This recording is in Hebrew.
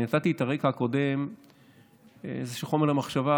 אני נתתי את הרקע הקודם כאיזשהו חומר למחשבה.